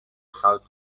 south